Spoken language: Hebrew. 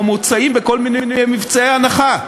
או מוצעים בכל מיני מבצעי הנחה.